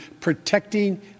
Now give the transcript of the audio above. protecting